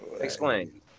Explain